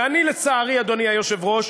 ואני, לצערי, אדוני היושב-ראש,